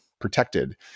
protected